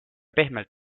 pehmelt